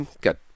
Good